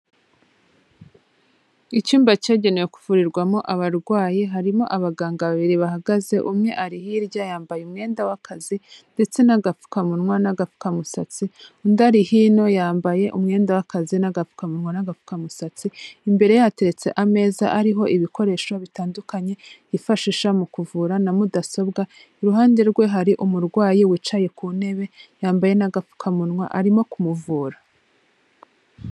Icyumba cyagenewe kuvurirwamo abarwayi harimo abaganga babiri bahagaze umwe ari hirya yambaye umwenda w'akazi ndetse n'agapfukamunwa n'agapfukamusatsi, undi ari hino yambaye umwenda w'akazi n'agapfukamunwa n'agafukamusatsi, imbere ye hateretse ameza ariho ibikoresho bitandukanye yifashisha mu kuvura na mudasobwa, iruhande rwe hari umurwayi wicaye ku ntebe yambaye n'agapfukamunwa arimo kumuvura.